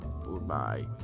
goodbye